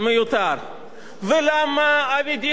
ולמה אבי דיכטר לא היה צריך להתמנות לתפקיד הזה,